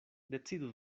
decidu